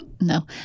No